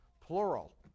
plural